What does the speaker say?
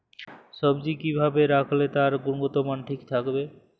সবজি কি ভাবে রাখলে তার গুনগতমান ঠিক থাকবে?